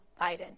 Biden